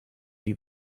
die